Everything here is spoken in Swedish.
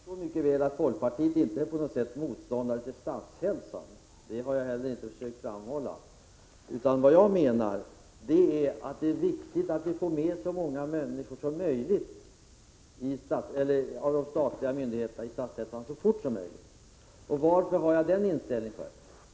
Herr talman! Jag vill säga till Sigge Godin att jag mycket väl förstår att folkpartiet inte är motståndare till Statshälsan — jag har inte försökt framställa det så. Vad jag menar är att det är viktigt att få med så många som möjligt av de statliga myndigheterna i Statshälsan så fort som möjligt. Varför har jag denna inställning?